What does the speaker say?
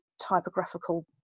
typographical